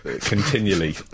continually